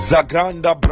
Zaganda